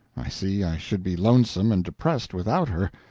i see i should be lonesome and depressed without her,